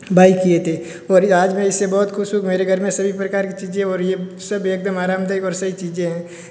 by किए थे और ये आज मैं इससे बहुत खुश हूँ मेरे घर में सभी प्रकार की चीज़ें हो रही हैं सब एकदम आरामदायक और सही चीज़ें हैं